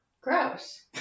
Gross